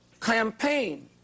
campaign